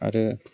आरो